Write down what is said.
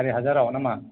सारि हाजाराव ना मा